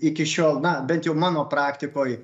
iki šiol na bent jau mano praktikoj